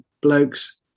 blokes